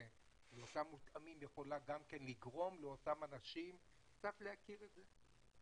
לאותם מותאמים יכולה גם כן לגרום לאותם אנשים קצת להכיר את זה,